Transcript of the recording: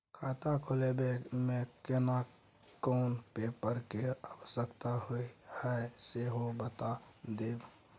खाता खोलैबय में केना कोन पेपर के आवश्यकता होए हैं सेहो बता देब?